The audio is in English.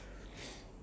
ya